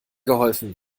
geholfen